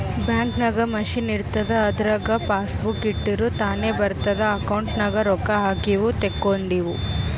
bank ನಾಗ್ machine ಇರ್ತುದ್ ಅದುರಾಗ್ ಪಾಸಬುಕ್ ಇಟ್ಟುರ್ ತಾನೇ ಬರಿತುದ್ ಅಕೌಂಟ್ ನಾಗ್ ರೊಕ್ಕಾ ಹಾಕಿವು ತೇಕೊಂಡಿವು